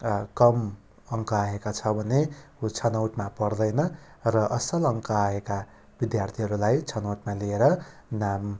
कम अङ्क आएको छ भने ऊ छनौटमा पर्दैन र असल अङ्क आएका विद्यार्थीहरूलाई छनौटमा लिएर नाम